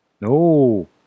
No